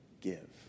give